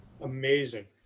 amazing